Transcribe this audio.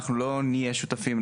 אנחנו לא נהיה שותפים,